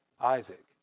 Isaac